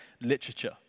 literature